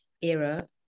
era